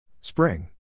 Spring